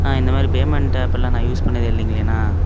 அண்ணா இந்த மாதிரி பேமண்ட் ஆப்பெல்லாம் நான் யூஸ் பண்ணது இல்லைங்களேண்ணா